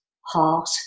heart